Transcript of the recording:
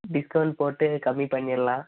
discount போட்டு கம்மி பண்ணிரலாம்